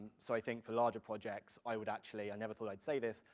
so i think for larger projects, i would actually, i never thought i'd say this,